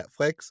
Netflix